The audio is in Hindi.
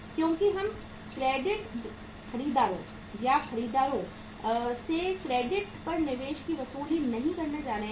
क्योंकि हम क्रेडिट खरीदारों या खरीदारों से क्रेडिट पर निवेश की वसूली नहीं करने जा रहे हैं